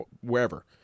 wherever